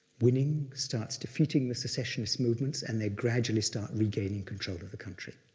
winning, starts defeating the secessionist movements, and they gradually start regaining control of the country.